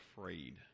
afraid